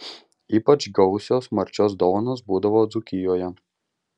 ypač gausios marčios dovanos būdavo dzūkijoje